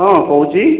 ହଁ କହୁଛି